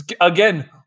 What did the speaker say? again